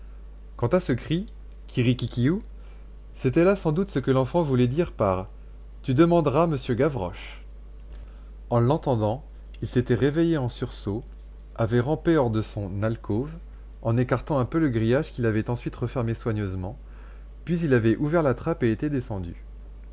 quant à ce cri kirikikiou c'était là sans doute ce que l'enfant voulait dire par tu demanderas monsieur gavroche en l'entendant il s'était réveillé en sursaut avait rampé hors de son alcôve en écartant un peu le grillage qu'il avait ensuite refermé soigneusement puis il avait ouvert la trappe et était descendu